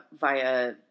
via